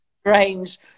strange